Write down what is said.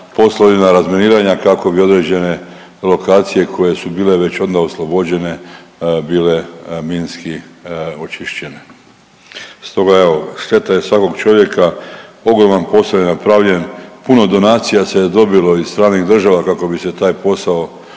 poslovima razminiranja kako bi određene lokacije koje su bile već onda oslobođene bile minski očišćene. Stoga evo, šteta je svakog čovjeka, ogroman posao je napravljen, puno donacija se je dobilo iz stranih država kako bi se taj posao